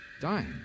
Dying